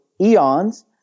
eons